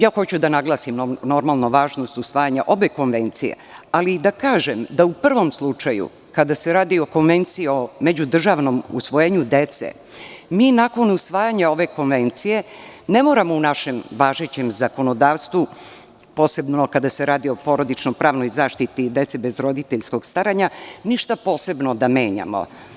Ja hoću da naglasim, normalno, važnost usvajanja obe konvencije, ali i da kažem da u prvom slučaju, kada se radi o Konvenciji o međudržavnom usvojenju dece, mi nakon usvajanja ove konvencije ne moramo u našem važećem zakonodavstvu, posebno kada se radi o porodično-pravnoj zaštiti dece bez roditeljskog staranja, ništa posebno da menjamo.